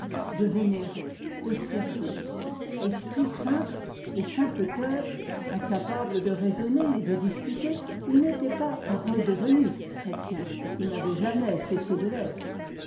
de vénérer de servir esprit simple et simple cœur incapable de discuter il n'était pas redevenu chrétien il n'avait jamais cessé de l'être